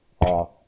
off